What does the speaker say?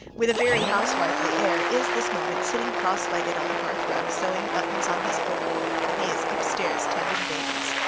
with a very housewifely air, is this moment sitting cross-legged on the hearth rug sewing buttons on his overcoat while he is upstairs tending babies.